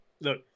look